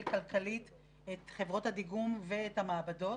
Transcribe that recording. כלכלית את חברות הדיגום ואת המעבדות,